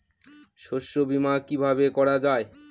শস্য বীমা কিভাবে করা যায়?